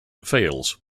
fails